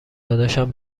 داداشم